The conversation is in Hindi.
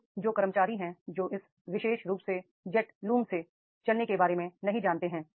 तो जो कर्मचारी हैं जो इस विशेष रूप जेट लूमों से चलने के बारे में नहीं जानते हैं